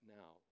now